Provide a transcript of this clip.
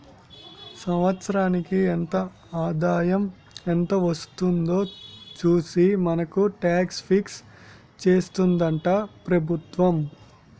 సంవత్సరానికి ఎంత ఆదాయం ఎంత వస్తుందో చూసి మనకు టాక్స్ ఫిక్స్ చేస్తుందట ప్రభుత్వం